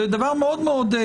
זה מאוד ברור.